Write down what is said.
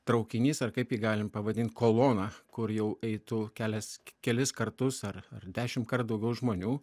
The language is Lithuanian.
traukinys ar kaip jį galim pavadint kolona kur jau eitų kelias kelis kartus ar ar dešimtkart daugiau žmonių